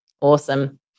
Awesome